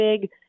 big